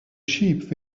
sheep